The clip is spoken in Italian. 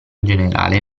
generale